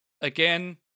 again